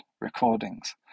recordings